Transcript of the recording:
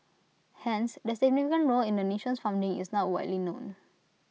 hence their significant role in the nation's founding is not widely known